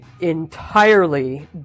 entirely